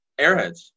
Airheads